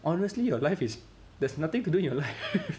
honestly your life is there's nothing to do in your life